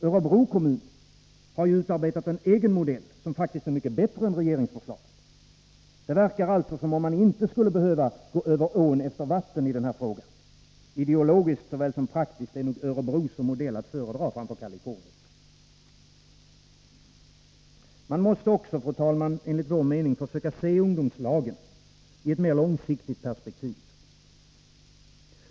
Örebro kommun har utarbetat en egen modell, som faktiskt är mycket bättre än regeringsförslaget. Det verkar alltså som om man inte skulle behöva gå över ån efter vatten i den här frågan. Ideologiskt såväl som praktiskt är nog Örebro som modell att föredra framför Kalifornien. Fru talman! Man måste också, enligt vår mening, försöka se ungdomslagen i ett mer långsiktigt perspektiv.